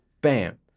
Bam